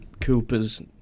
Cooper's